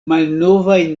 malnovaj